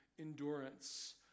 endurance